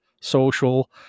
social